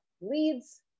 leads